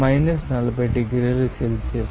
degree 40 డిగ్రీల Celsius